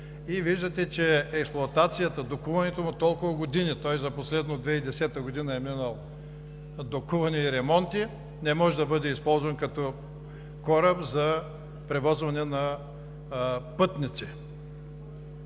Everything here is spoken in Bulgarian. виждате, че експлоатацията, докуването му толкова години, той за последно 2010 г. е минал допълване и ремонти, не може да бъде използван като кораб за превозване на пътници.